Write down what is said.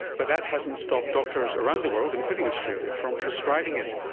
but that hasn't stopped doctors around the world, including australia, from prescribing it,